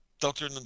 Doctor